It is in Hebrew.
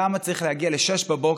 למה צריך להגיע ל-06:00,